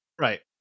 Right